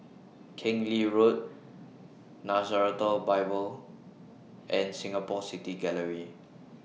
Keng Lee Road Nazareth Bible and Singapore City Gallery